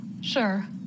Sure